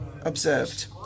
observed